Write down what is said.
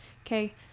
Okay